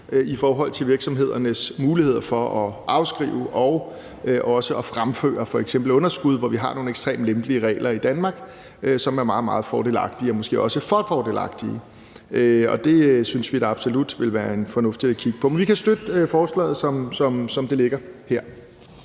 Mathiesen om virksomhedernes muligheder for at afskrive og også at fremføre f.eks. underskud, hvor vi har nogle ekstremt lempelige regler i Danmark, som er meget, meget fordelagtige og måske også for fordelagtige. Det synes vi da absolut vil være fornuftigt at kigge på. Men vi kan støtte forslaget, som det ligger her.